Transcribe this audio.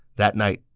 that night,